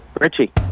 Richie